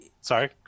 sorry